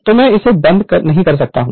तो मैं इसे बंद नहीं कर रहा हूँ